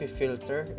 filter